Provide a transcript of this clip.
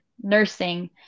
nursing